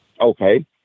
Okay